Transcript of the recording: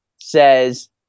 says